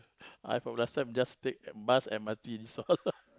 I from last time just take bus M_R_T this all